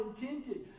intended